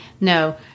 No